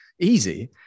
easy